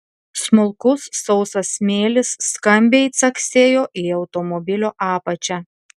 smulkus sausas smėlis skambiai caksėjo į automobilio apačią